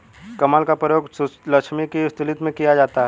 कमल का प्रयोग लक्ष्मी की स्तुति में किया जाता है